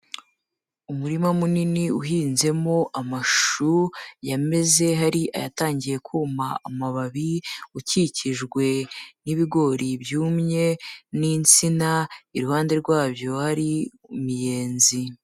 Umurima munini uhinzemo amashu yameze, hari ayatangiye kuma amababi, ukikijwe n'ibigori byumye n'insina, iruhande rwabyo hari imiyenzi.